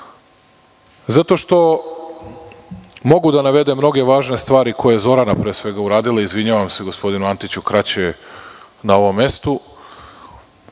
Zato što mogu da navedem noge važne stvari koje je Zorana pre svega uradila, izvinjavam se gospodinu Antiću, kraće je na ovom mestu,